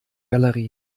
valerie